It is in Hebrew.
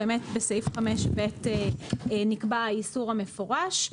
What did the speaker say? בסעיף 5(ב) נקבע האיסור המפורש,